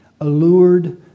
allured